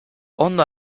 ondo